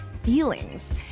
feelings